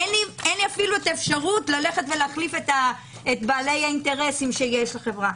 אין לי אפילו את האפשרות להחליף את בעלי האינטרסים שיש לחברה.